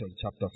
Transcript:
chapter